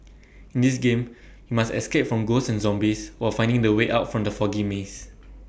in this game you must escape from ghosts and zombies while finding the way out from the foggy maze